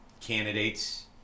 candidates